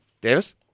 Davis